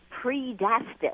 predestined